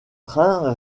train